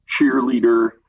cheerleader